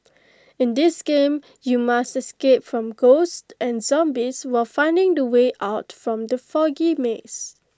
in this game you must escape from ghosts and zombies while finding the way out from the foggy maze